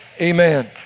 Amen